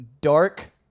dark